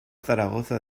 zaragoza